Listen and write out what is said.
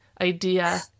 idea